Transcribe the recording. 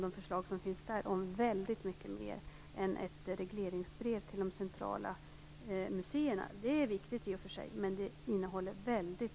De förslag som finns där handlar om väldigt mycket mera än om ett regleringsbrev till de centrala museerna, vilket i och för sig är viktigt.